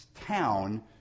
town